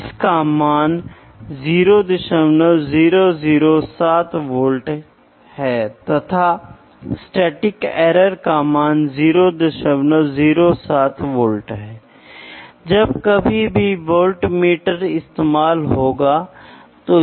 इसलिए मैं एक ज्ञात पैरामीटर को मापता हूं फिर मैं एक अज्ञात पैरामीटर को मापता हूं और फिर मैं इसे प्लॉट करने की कोशिश करता हूं रिश्ते को समझता हूं और फिर माप में उस रिश्ते का उपयोग करता हूं